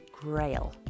grail